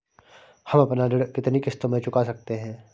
हम अपना ऋण कितनी किश्तों में चुका सकते हैं?